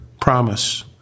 promise